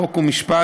חוק ומשפט,